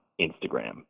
Instagram